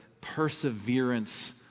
perseverance